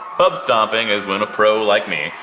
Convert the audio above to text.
pubstomping is when a pro like me.